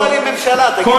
מה עם, ממשלה, תגיד לי?